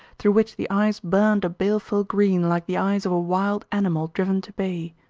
through which the eyes burned a baleful green like the eyes of a wild animal driven to bay.